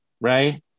Right